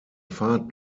fahrt